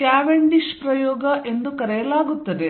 Cavendish ಪ್ರಯೋಗ ಎಂದು ಕರೆಯಲಾಗುತ್ತದೆ